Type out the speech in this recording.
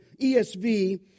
ESV